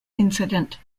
incident